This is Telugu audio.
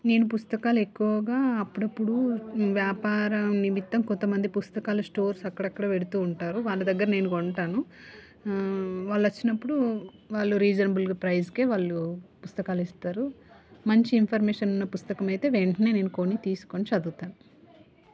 నేను పుస్తకాలు ఎక్కువగా అప్పుడప్పుడు వ్యాపారం నిమిత్తం కొంతమంది పుస్తకాాల స్టోర్స్ అక్కడక్కడ పెడుతూ ఉంటారు వాళ్ళ దగ్గర నేను కొంటాను వాళ్ళొచ్చినప్పుడు వాళ్ళు రీజనబుల్గా ప్రైస్ వాళ్ళు పుస్తకాలు ఇస్తారు మంచి ఇన్ఫర్మేషన్ ఉన్న పుస్తకమయితే వెంటనే నేను కొని తీసుకొని చదువుతాను